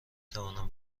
توانم